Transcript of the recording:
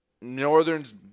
Northern's